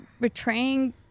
betraying